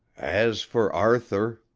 as for arthur